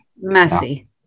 messy